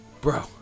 bro